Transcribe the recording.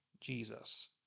Jesus